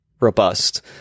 robust